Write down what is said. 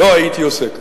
לא הייתי עושה כך.